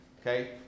okay